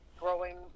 growing